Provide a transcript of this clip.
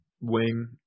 wing